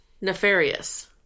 Nefarious